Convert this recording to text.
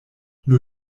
nur